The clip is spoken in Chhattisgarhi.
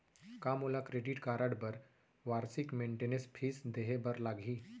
का मोला क्रेडिट कारड बर वार्षिक मेंटेनेंस फीस देहे बर लागही?